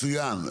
מצוין.